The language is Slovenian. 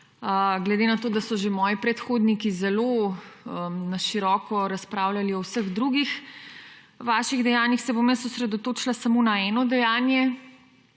glede na to, da so že moji predhodniki zelo na široko razpravljali o vseh drugih vaših dejanjih, se bom jaz osredotočila samo na eno dejanje,